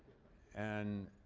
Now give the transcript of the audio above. and